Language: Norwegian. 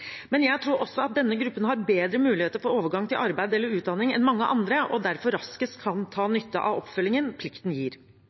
men jeg tror også at denne gruppen har bedre muligheter for overgang til arbeid eller utdanning enn mange andre og derfor raskest kan